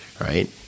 right